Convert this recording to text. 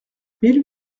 mille